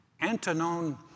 Antonin